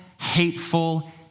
hateful